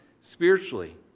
spiritually